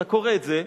אתה קורא את זה,